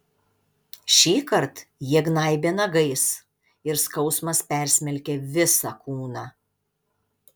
šįkart jie gnaibė nagais ir skausmas persmelkė visą kūną